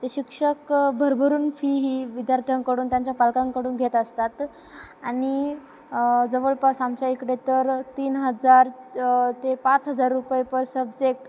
ते शिक्षक भरभरून फी ही विद्यार्थ्यांकडून त्यांच्या पालकांकडून घेत असतात आणि जवळपास आमच्या इकडे तर तीन हजार ते पाच हजार रुपये पर सब्जेक्ट